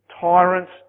tyrants